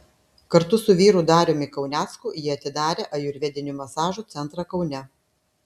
kartu su vyru dariumi kaunecku ji atidarė ajurvedinių masažų centrą kaune